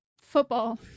football